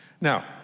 Now